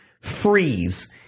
freeze